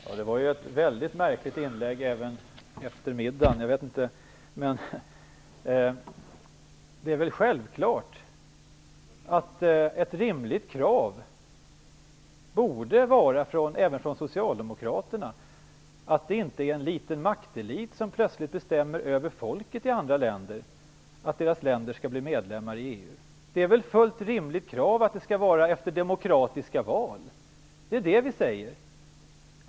Fru talman! Det var ett väldigt märkligt inlägg, även för att vara efter middagen. Det är väl självklart att ett rimligt krav borde vara, även från Socialdemokraterna, att inte en liten maktelit plötsligt bestämmer över folket i andra länder att deras land skall bli medlem i EU. Det är väl ett fullt rimligt krav att det skall ske efter demokratiska val. Det är det vi säger.